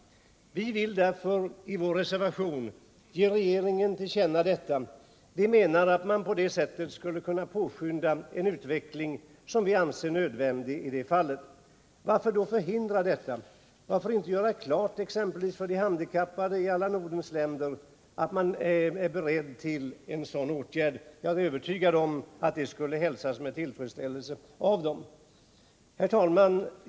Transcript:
Vi föreslår därför i vår reservation att riksdagen skall ge regeringen detta till känna. Vi menar att man på det sättet skulle kunna påskynda en utveckling som vi anser nödvändig. 51 Varför då förhindra detta? Varför inte göra klart exempelvis för de handikappade i alla Nordens länder att man är beredd till en sådan åtgärd? Jag är övertygad om att det skulle hälsas med tillfredsställelse av de handikappade. Herr talman!